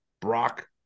Brock